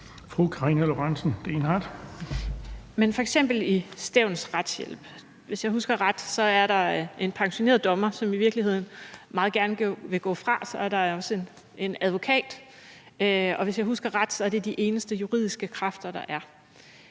Karina Lorentzen Dehnhardt (SF): F.eks. er der i Stevns Retshjælp, hvis jeg husker ret, en pensioneret dommer, som i virkeligheden meget gerne vil gå fra, og så er der også en advokat. Og hvis jeg husker ret, er det de eneste juridiske kræfter, der er.